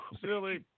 Silly